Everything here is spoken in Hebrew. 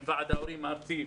עם ועד ההורים הארצי,